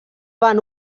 van